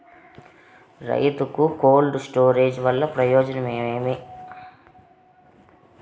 రైతుకు cold storage వల్ల ప్రయోజనం ఏమి?